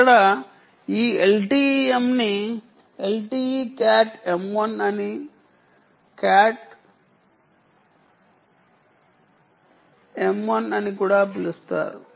ఇక్కడ ఈ LTE M ని LTE cat M 1 అని cat M1అని కూడా పిలుస్తారు